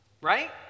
Right